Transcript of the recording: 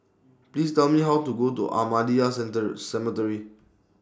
Please Tell Me How to Go to Ahmadiyya Center Cemetery